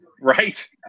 Right